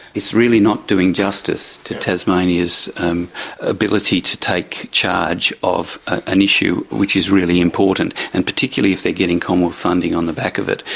it's really not doing justice to tasmania's um ability to take charge of an issue which is really important, and particularly if they are getting commonwealth funding on the back of it,